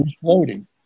floating